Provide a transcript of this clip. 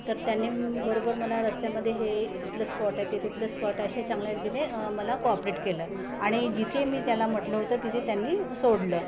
तर त्यांनी बरोबर मला रस्त्यामध्ये हे इथलं स्पॉट आहे ते तिथलं स्पॉट आहे असे चांगल्या रीतीने मला कॉपरेट केलं आणि जिथे मी त्याला म्हटलं होतं तिथे त्यांनी सोडलं